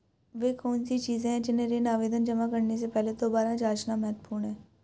वे कौन सी चीजें हैं जिन्हें ऋण आवेदन जमा करने से पहले दोबारा जांचना महत्वपूर्ण है?